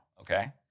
okay